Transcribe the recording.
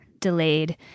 Delayed